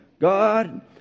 God